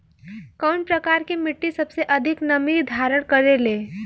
कउन प्रकार के मिट्टी सबसे अधिक नमी धारण करे ले?